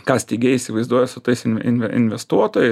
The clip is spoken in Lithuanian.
ką steigėjai įsivaizduoja su tais inve inve investuotojais